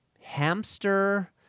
hamster